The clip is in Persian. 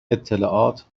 اطلاعات